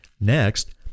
next